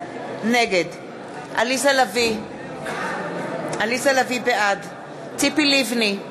נגד עליזה לביא, בעד ציפי לבני,